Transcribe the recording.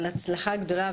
על הצלחה גדולה,